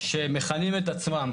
שמכנים את עצמם